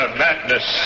madness